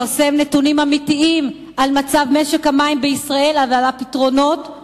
לפרסם נתונים אמיתיים על מצב משק המים בישראל ועל הפתרונות,